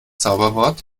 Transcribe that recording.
zauberwort